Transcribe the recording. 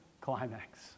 climax